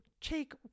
take